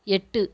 எட்டு